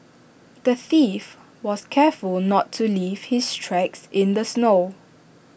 the thief was careful not to leave his tracks in the snow